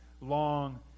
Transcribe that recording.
long